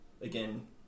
Again